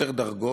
יותר דרגות,